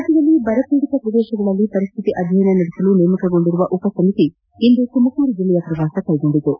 ರಾಜ್ಯದಲ್ಲಿ ಬರಪೀಡಿತ ಪ್ರದೇಶಗಳಲ್ಲಿ ಪರಿಸ್ಸಿತಿಯ ಅಧ್ಯಯನ ನಡೆಸಲು ನೇಮಕಗೊಂಡಿರುವ ಉಪಸಮಿತಿ ಇಂದು ತುಮಕೂರು ಜೆಲ್ಲೆಯ ಪ್ರವಾಸ ಕೈಗೊಂಡಿತು